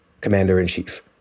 commander-in-chief